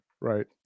right